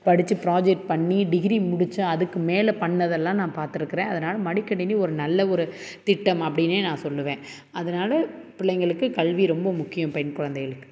படித்து ப்ராஜெக்ட் பண்ணி டிகிரி முடித்து அதுக்கு மேலே பண்ணதெல்லாம் நான் பார்த்துருக்குறேன் அதனால் மடிக்கணினி ஒரு நல்ல ஒரு திட்டம் அப்படின்னே நான் சொல்லுவேன் அதனால் பிள்ளைங்களுக்கு கல்வி ரொம்ப முக்கியம் பெண் குழந்தைகளுக்கு